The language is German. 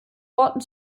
worten